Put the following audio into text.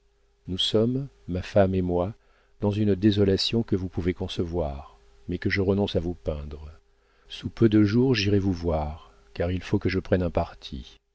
nous sommes ma femme et moi dans une désolation que vous pouvez concevoir mais que je renonce à vous peindre sous peu de jours j'irai vous voir car il faut que je prenne un parti